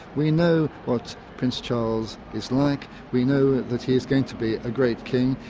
we know what prince charles is like, we know that he is going to be a great king,